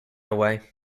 away